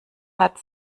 hat